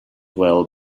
well